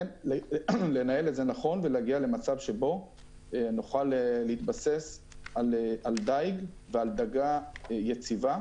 כן לנהל את זה נכון ולהגיע למצב שבו נוכל להתבסס על דייג ועל דגה יציבה.